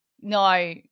no